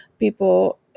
people